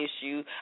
issue